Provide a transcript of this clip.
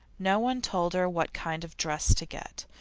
no one told her what kind of dress to get,